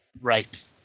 right